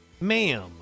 Ma'am